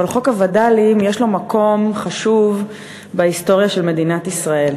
אבל חוק הווד"לים יש לו מקום חשוב בהיסטוריה של מדינת ישראל,